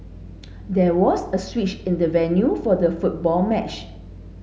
there was a switch in the venue for the football match